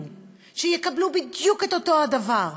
שיקבלו בדיוק את אותו הדבר.